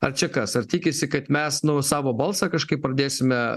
ar čia kas ar tikisi kad mes nu savo balsą kažkaip pradėsime